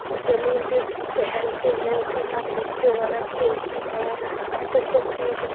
زمین پہ ٹہلتے ہیں اس کے ساتھ بچے وغیرہ کھیلتے ہیں اچھا اچھا چیز